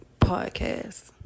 Podcast